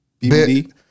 BBD